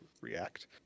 react